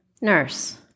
nurse